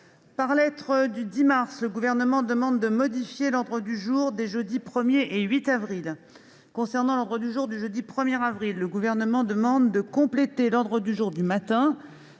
en date du 10 mars 2021, le Gouvernement demande de modifier l'ordre du jour des jeudis 1 et 8 avril 2021. Concernant l'ordre du jour du jeudi 1 avril 2021, le Gouvernement demande de compléter l'ordre du jour du matin